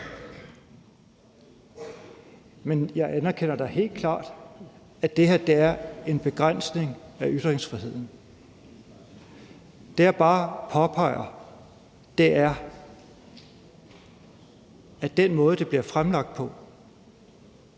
Men jeg anerkender da helt klart, at det her er en begrænsning af ytringsfriheden. Det, jeg bare påpeger, er, at det med den måde, det bliver fremlagt på,